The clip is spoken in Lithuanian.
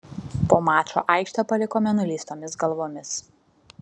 po mačo aikštę palikome nuleistomis galvomis